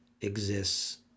exists